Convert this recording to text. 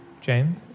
James